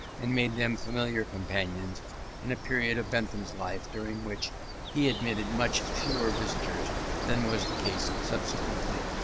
and made them familiar companions in a period of bentham's life during which he admitted much fewer visitors than was the case subsequently.